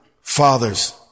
father's